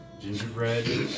Gingerbread